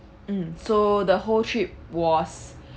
um so the whole trip was